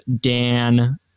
Dan